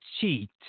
cheat